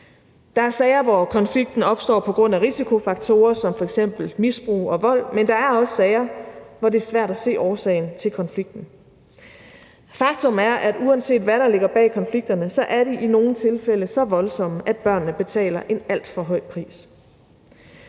Der er sager, hvor konflikten opstår på grund af risikofaktorer som f.eks. misbrug og vold, men der er også sager, hvor det er svært at se årsagen til konflikten. Faktum er, at uanset hvad der ligger bag konflikterne, er de i nogle tilfælde så voldsomme, at børnene betaler en alt for høj pris.